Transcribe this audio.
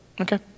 okay